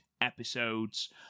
episodes